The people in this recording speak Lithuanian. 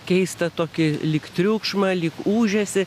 keistą tokį lyg triukšmą lyg ūžesį